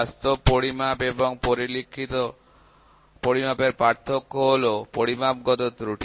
বাস্তব পরিমাপ এবং পরিলক্ষিত পরিমাপের পার্থক্য হলো পরিমাপগত ত্রুটি